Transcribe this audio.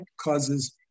causes